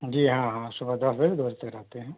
जी हाँ हाँ सुबह दस बजे दो बजे तक रहते हैं